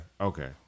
Okay